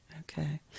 Okay